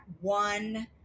one